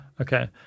Okay